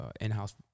in-house